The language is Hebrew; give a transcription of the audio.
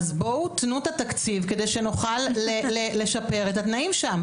אז בואו תנו את התקציב כדי שנוכל לשפר את התנאים שם.